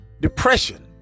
depression